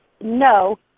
no